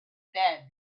bed